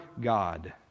God